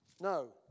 No